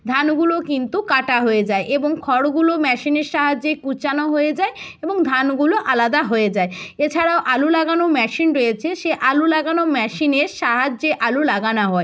ধানগুলো কিন্তু কাটা হয়ে যায় এবং খড়গুলো মেশিনের সাহায্যে কুচানো হয়ে যায় এবং ধানগুলো আলাদা হয়ে যায় এছাড়াও আলু লাগানো মেশিন রয়েছে সে আলু লাগানো মেশিনের সাহায্যে আলু লাগানো হয়